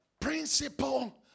Principle